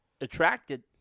attracted